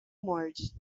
morde